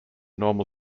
normal